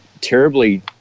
terribly